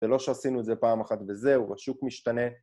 ולא שעשינו את זה פעם אחת וזהו, השוק משתנה